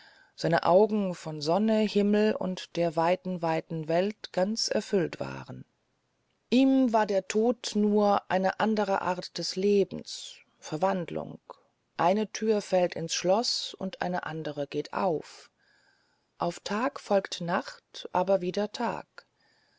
seine augen von sonne himmel und der weiten weiten welt ganz erfüllt waren ihm war der tod nur eine andere art des lebens verwandlung eine tür fällt ins schloß und eine andere geht auf auf tag folgt nacht aber wieder tag